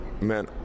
man